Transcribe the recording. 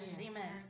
Amen